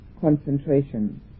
concentration